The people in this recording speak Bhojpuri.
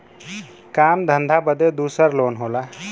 काम धंधा बदे दूसर लोन होला